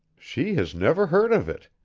she has never heard of it,